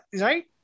right